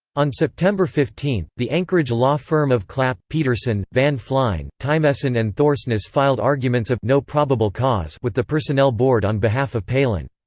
on september fifteen, the anchorage law firm of clapp, peterson, van flein, tiemessen and thorsness filed arguments of no probable cause with the personnel board on behalf of palin.